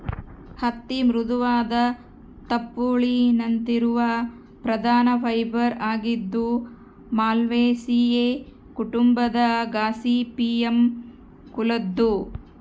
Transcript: ಹತ್ತಿ ಮೃದುವಾದ ತುಪ್ಪುಳಿನಂತಿರುವ ಪ್ರಧಾನ ಫೈಬರ್ ಆಗಿದ್ದು ಮಾಲ್ವೇಸಿಯೇ ಕುಟುಂಬದ ಗಾಸಿಪಿಯಮ್ ಕುಲದ್ದು